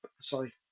sorry